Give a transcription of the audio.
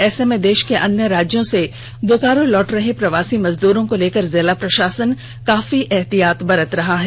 ऐसे में देश के अन्य राज्यों से बोकारो लौट रहे प्रवासी मजदूरों को लेकर जिला प्रशासन काफी एहतियात बरत रहा है